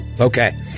Okay